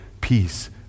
peace